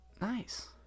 Nice